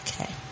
Okay